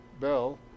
Bell